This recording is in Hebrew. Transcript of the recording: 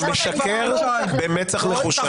אתה משקר במצח נחושה.